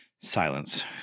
Silence